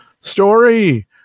story